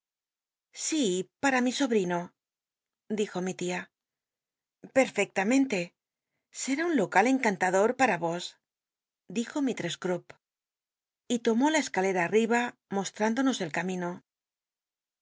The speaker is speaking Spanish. si pata mi sobrino dijo mi tia perfectamente ser i un local encantador pam vos dijo misllc s crupp y lomó la escalera attiba moslnindonos el ca